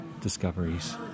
discoveries